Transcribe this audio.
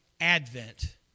Advent